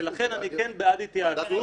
ולכן אני כן בעד התייעצות.